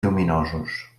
lluminosos